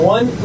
One